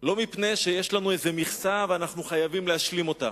לא מפני שיש לנו איזה מכסה ואנחנו חייבים להשלים אותה,